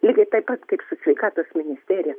lygiai taip pat kaip su sveikatos ministerija